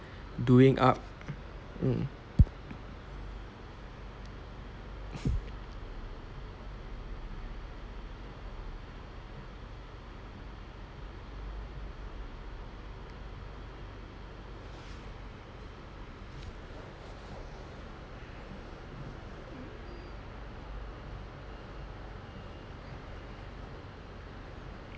doing up mm